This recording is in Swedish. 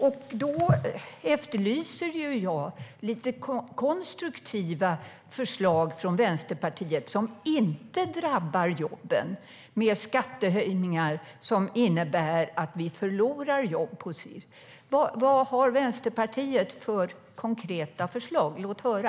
Jag efterlyser lite konstruktiva förslag från Vänsterpartiet, förslag som inte drabbar jobben på grund av skattehöjningar som innebär att vi förlorar jobb på sikt. Vilka konkreta förslag har Vänsterpartiet? Låt höra!